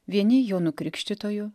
vieni jonu krikštytoju